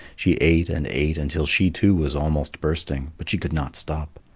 she ate and ate until she too was almost bursting, but she could not stop.